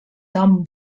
dom